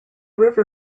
river